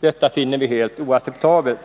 Detta finner vi helt oacceptabelt.